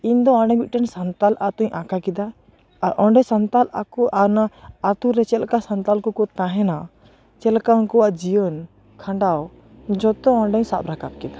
ᱤᱧ ᱫᱚ ᱚᱸᱰᱮ ᱢᱤᱫᱴᱮᱱ ᱥᱟᱱᱛᱟᱲ ᱟᱛᱳᱧ ᱟᱸᱠᱟ ᱠᱮᱫᱟ ᱚᱸᱰᱮ ᱥᱟᱱᱛᱟᱲ ᱟᱠᱚ ᱟᱱᱟ ᱟᱛᱳ ᱨᱮ ᱪᱮᱫ ᱞᱮᱠᱟ ᱥᱟᱱᱛᱟᱲ ᱠᱚ ᱠᱚ ᱛᱟᱦᱮᱱᱟ ᱪᱮᱫ ᱞᱮᱠᱟ ᱩᱱᱠᱩᱭᱟᱜ ᱡᱤᱭᱚᱱ ᱠᱷᱟᱰᱟᱣ ᱡᱚᱛᱚ ᱚᱸᱰᱮᱧ ᱥᱟᱵ ᱨᱟᱠᱟᱯ ᱠᱮᱫᱟ